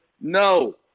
no